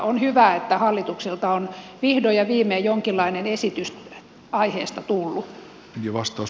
on hyvä että hallitukselta on vihdoin ja viimein jonkinlainen esitys aiheesta tullut